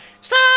Stop